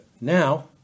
Now